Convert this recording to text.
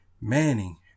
Manning